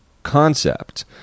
Concept